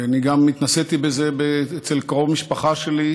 אני גם התנסיתי בזה אצל קרוב משפחה שלי,